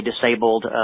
disabled